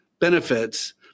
benefits